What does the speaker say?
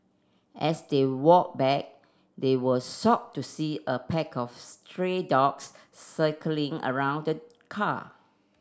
as they walked back they were shocked to see a pack of stray dogs circling around the car